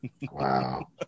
Wow